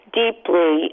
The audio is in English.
deeply